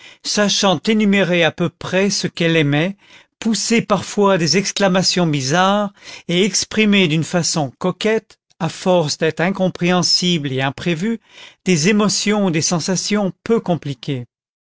sachant énumérer à peu près ce qu'elle aimait pousser parfois des exclamations bizarres et exprimer d'une façon coquette a force d'être incompréhensible et imprévue des émotions ou des sensations peu compliquées